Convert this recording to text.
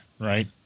right